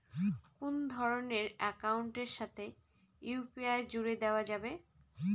কোন ধরণের অ্যাকাউন্টের সাথে ইউ.পি.আই জুড়ে দেওয়া যাবে?